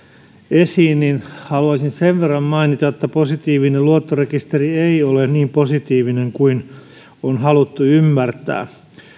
esiin haluaisin sen verran mainita että positiivinen luottorekisteri ei ole niin positiivinen kuin on haluttu ymmärtää